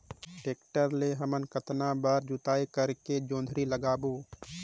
Tractor ले हमन कतना बार जोताई करेके जोंदरी लगाबो?